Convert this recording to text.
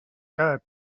cada